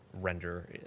render